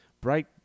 Bright